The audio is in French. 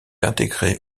intégré